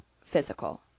physical